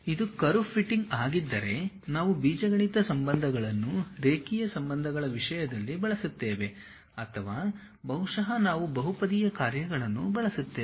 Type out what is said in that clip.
ಇದು curve fitting ಆಗಿದ್ದರೆ ನಾವು ಬೀಜಗಣಿತ ಸಂಬಂಧಗಳನ್ನು ರೇಖೀಯ ಸಂಬಂಧಗಳ ವಿಷಯದಲ್ಲಿ ಬಳಸುತ್ತೇವೆ ಅಥವಾ ಬಹುಶಃ ನಾವು ಬಹುಪದೀಯ ಕಾರ್ಯಗಳನ್ನು ಬಳಸುತ್ತೇವೆ